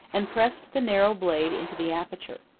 and pressed the narrow blade into the aperture.